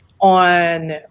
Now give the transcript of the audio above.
on